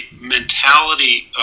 mentality